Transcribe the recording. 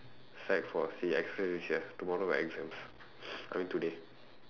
sec four she express then she have tomorrow got exams I mean today